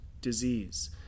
disease